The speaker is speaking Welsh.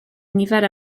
nifer